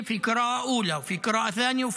למי שעבד באזור זה בעבר.